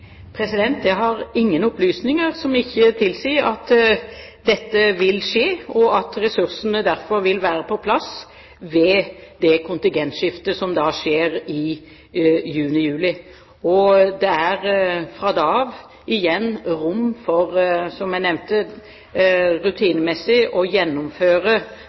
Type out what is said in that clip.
Jeg har ingen opplysninger som skulle tilsi at det ikke vil skje, og ressursene vil derfor være på plass ved det kontingentskiftet som skjer i juni/juli. Det er fra da av igjen rom for, som jeg nevnte, rutinemessig å gjennomføre